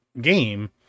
game